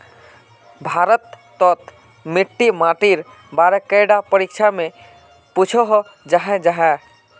भारत तोत मिट्टी माटिर बारे कैडा परीक्षा में पुछोहो जाहा जाहा?